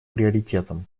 приоритетом